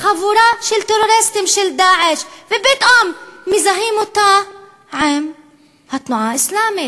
חבורה של טרוריסטים של "דאעש" ופתאום מזהים אותה עם התנועה האסלאמית,